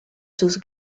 sus